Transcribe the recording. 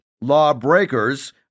lawbreakers